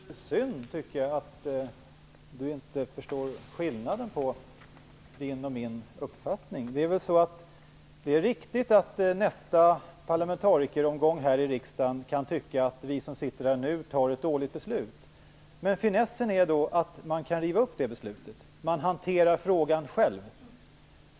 Herr talman! Det är litet synd, tycker jag, att Inga Britt Johansson inte förstår skillnaden mellan hennes och min uppfattning. Det är riktigt att nästa omgång parlamentariker här i riksdagen kan tycka att vi som nu sitter här fattar dåliga beslut. Men finessen är att man då kan riva upp det beslutet. Man hanterar själv frågan.